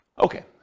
Okay